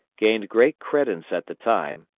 gained great credence at the time,